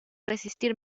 resistir